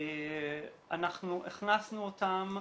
אנחנו הכנסנו אותם,